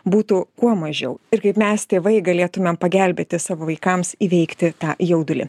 būtų kuo mažiau ir kaip mes tėvai galėtumėm pagelbėti savo vaikams įveikti tą jaudulį